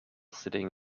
sitting